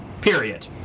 Period